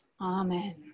Amen